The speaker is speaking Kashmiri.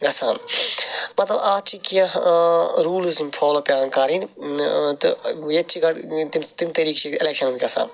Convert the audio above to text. گَژھان مَطلَب اتھ چھِ کینٛہہ روٗلٕز یِم فالو پیٚوان کَرٕنۍ تہٕ ییٚتہِ چھِ گۄڈنی تِم طریقہٕ چھِ ایٚلیٚکشنز گَژھان